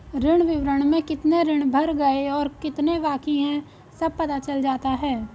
ऋण विवरण में कितने ऋण भर गए और कितने बाकि है सब पता चल जाता है